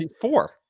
Four